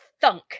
thunk